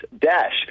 dash